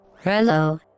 Hello